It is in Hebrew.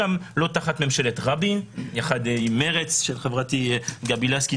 לא תחת ממשלת יצחק רבין יחד עם מרצ של חברתי גבי לסקי,